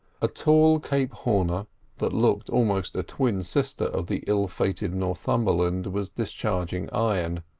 a tall cape horner that looked almost a twin sister of the ill-fated northumberland was discharging iron,